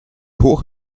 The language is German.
hoch